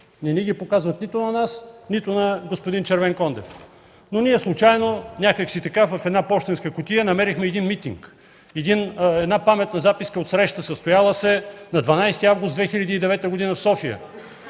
не ни ги показват нито на нас, нито на господин Червенкондев. Но ние случайно, някак си така в една пощенска кутия намерихме една паметна записка от среща, състояла се на 12 август 2009 г. в София,